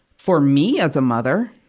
for me as a mother,